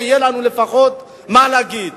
שיהיה לנו לפחות מה להגיד.